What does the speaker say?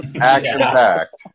action-packed